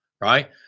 Right